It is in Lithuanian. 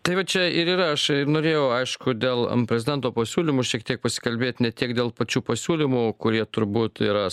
tai va čia ir yra aš norėjau aišku dėl prezidento pasiūlymų šiek tiek pasikalbėt ne tiek dėl pačių pasiūlymų kurie turbūt yra